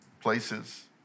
places